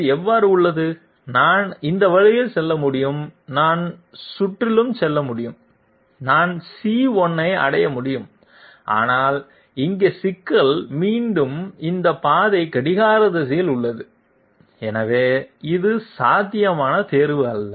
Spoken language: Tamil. இது எவ்வாறு உள்ளது நான் இந்த வழியில் செல்ல முடியும் நான் சுற்றிலும் செல்ல முடியும் நான் சி 1 ஐ அடைய முடியும் ஆனால் இங்கே சிக்கல் மீண்டும் இந்த பாதை கடிகார திசையில் உள்ளது எனவே இது சாத்தியமான தேர்வு அல்ல